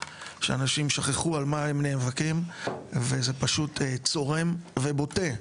שאנשים שכחו על מה הם נאבקים וזה פשוט צורם ובוטה,